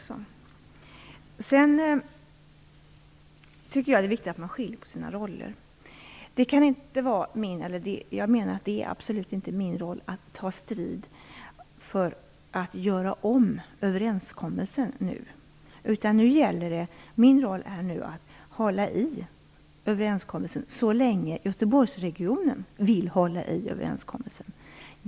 Sedan tycker jag det är viktigt att man skiljer på sina roller. Det kan absolut inte vara min roll att ta strid för att nu göra om överenskommelsen, utan min roll är att hålla i överenskommelsen så länge Göteborgsregionen vill hålla i den.